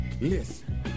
Listen